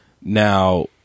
Now